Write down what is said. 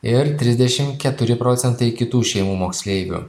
ir trisdešim keturi procentai kitų šeimų moksleivių